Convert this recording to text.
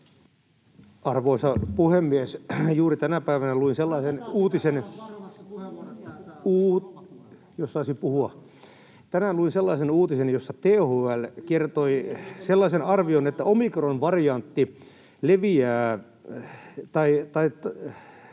saisin puhua. — Tänään luin sellaisen uutisen, jossa THL kertoi sellaisen arvion, että omikronvariantti esiintyy